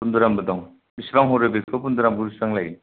बन्धुरामबो दं बेसेबां हरो बेखौ बन्धुरामखौ बेसेबां लायो